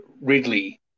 Ridley